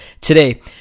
today